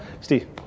Steve